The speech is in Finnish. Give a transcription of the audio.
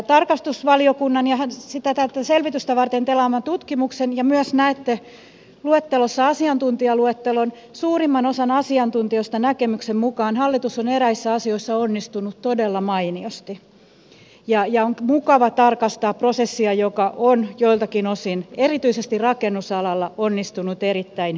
tarkastusvaliokunnan tätä selvitystä varten tilaaman tutkimuksen ja myös näette luettelossa asiantuntijaluettelon ja suurimman osan asiantuntijoista näkemyksen mukaan hallitus on eräissä asioissa onnistunut todella mainiosti ja on mukava tarkastaa prosessia joka on joiltakin osin erityisesti rakennusalalla onnistunut erittäin hyvin